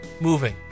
moving